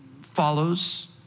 follows